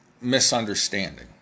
misunderstanding